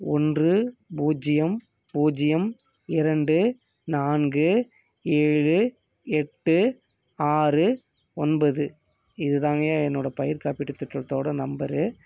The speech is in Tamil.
ஒன்று பூஜ்ஜியம் பூஜ்ஜியம் இரண்டு நான்கு ஏழு எட்டு ஆறு ஒன்பது இது தாங்கயா என்னோடய பயிர் காப்பீட்டு திட்டத்தோடய நம்பரு